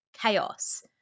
chaos